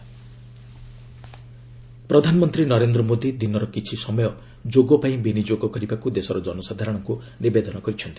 PM ଯୋଗ ପ୍ରଧାନମନ୍ତ୍ରୀ ନରେନ୍ଦ୍ର ମୋଦୀ ଦିନର କିଛି ସମୟ ଯୋଗ ପାଇଁ ବିନିଯୋଗ କରିବାକୁ ଦେଶର ଜନସାଧାରଣଙ୍କୁ ନିବେଦନ କରିଛନ୍ତି